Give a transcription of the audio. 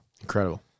Incredible